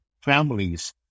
families